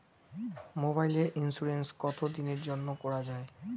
মোবাইলের ইন্সুরেন্স কতো দিনের জন্যে করা য়ায়?